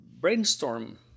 brainstorm